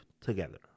together